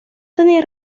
tenía